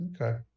Okay